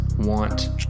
Want